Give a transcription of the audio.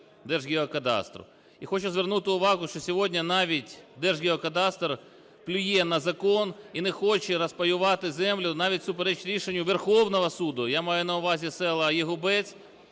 Держгеокадастру. І хочу звернути увагу, що сьогодні навіть Держгеокадастр плює на закон і не хоче розпаювати землю навіть всупереч рішенню Верховного Суду. Я маю на увазі села Ягубець